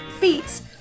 Beats